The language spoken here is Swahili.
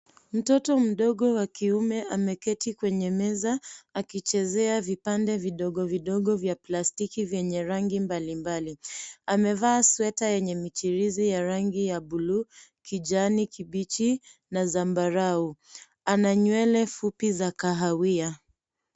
Mtoto mdogo wa kiume ameketi kwenye meza akichezea vipande vidogo vidogo vya plastiki vyenye rangi mbalimbali .Amevaa sweta yenye michirizi ya rangi ya bluu, kijani kibichi na zambarau. Ana nywele fupi za kahawia.